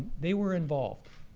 they were involved.